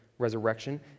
resurrection